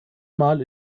mal